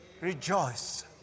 rejoice